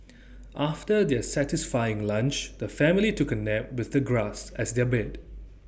after their satisfying lunch the family took A nap with the grass as their bed